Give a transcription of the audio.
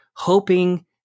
hoping